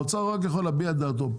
האוצר רק צריך להביע את דעתו.